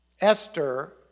Esther